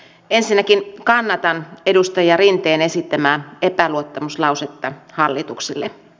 ensinnäkin kannatan edustaja rinteen esittämää epäluottamuslausetta hallitukselle